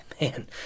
man